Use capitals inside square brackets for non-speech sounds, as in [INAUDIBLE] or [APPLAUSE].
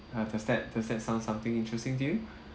uh does that does that sounds something interesting to you [BREATH]